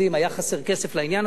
היה חסר כסף לעניין הזה.